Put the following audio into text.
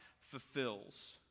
fulfills